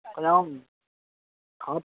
కొంచెం హార్ట్